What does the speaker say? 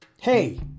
Hey